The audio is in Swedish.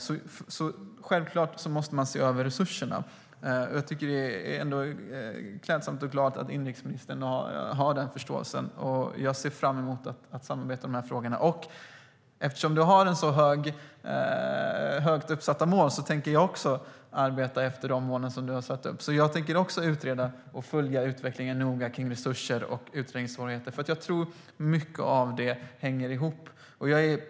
Det är självklart att man måste se över resurserna. Jag är glad över att inrikesministern har förståelse för det. Det är klädsamt. Jag ser fram emot att samarbeta i de frågorna. Och eftersom inrikesministern har högt uppsatta mål tänker jag också arbeta efter de målen. Jag tänker också utreda och följa utvecklingen noga när det gäller resurser och utredningssvårigheter. Jag tror nämligen att mycket av det hänger ihop.